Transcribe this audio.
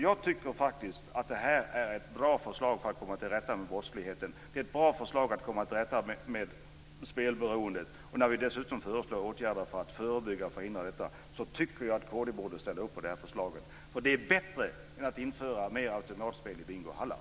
Jag tycker faktiskt att det här är ett bra förslag för att komma till rätta med brottsligheten och för att komma till rätta med spelberoendet. När vi dessutom föreslår åtgärder för att förebygga och förhindra brottslighet och spelberoende tycker jag att kd borde ställa upp på det. Det är bättre än att införa mer automatspel i bingohallar!